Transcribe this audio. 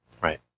Right